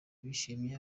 bishimye